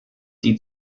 die